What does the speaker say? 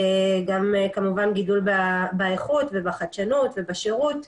וגם כמובן גידול באיכות ובחדשנות ובשירות.